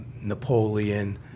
Napoleon